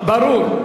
ברור.